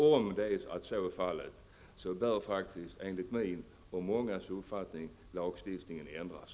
Om så är fallet bör, enligt min och mångas uppfattning, lagstiftningen ändras.